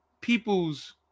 people's